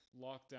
lockdown